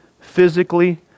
physically